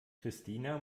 christina